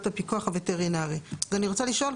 הפיקוח הווטרינרי"; אז אני רוצה לשאול,